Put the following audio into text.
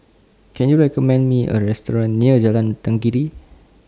Can YOU recommend Me A Restaurant near Jalan Tenggiri